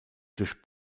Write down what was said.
durch